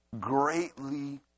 greatly